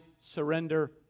Surrender